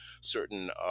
certain